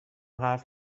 حرف